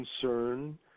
concern